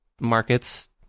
markets